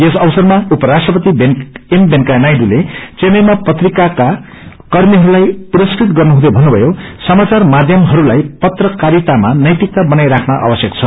यस अवसरमा उप राष्ट्रपति एम वेकैया नायडूले चेन्नईमा पत्रिकाका कर्मीहरूलाई पुरस्कृत गर्नुहुँदै भन्नुभयो समाचार माध्महरूलाई पत्रकारितामा नैतिकता बनाई राख्न आवश्यक छ